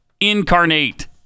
incarnate